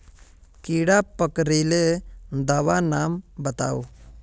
कीड़ा पकरिले दाबा नाम बाताउ?